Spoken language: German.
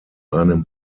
einem